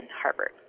Harvard